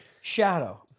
shadow